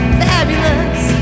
fabulous